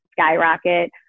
skyrocket